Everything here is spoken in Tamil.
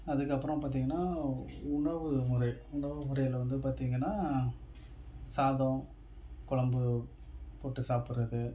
அதுக்கப்புறம் பார்த்திங்கனா உணவுமுறை உணவுமுறையில் வந்து பார்த்திங்கனா சாதம் குழம்பு போட்டு சாப்பிட்றது